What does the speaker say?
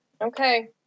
Okay